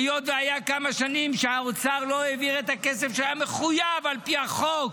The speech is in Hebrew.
היות שהיו כמה שנים שהאוצר לא העביר את הכסף שהוא היה מחויב על פי החוק,